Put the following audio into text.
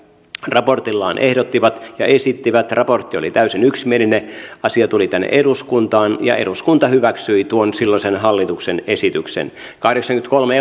raportillaan ehdottivat ja esittivät raportti oli täysin yksimielinen asia tuli tänne eduskuntaan ja eduskunta hyväksyi tuon silloisen hallituksen esityksen kahdeksankymmentäkolme